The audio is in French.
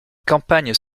campagnes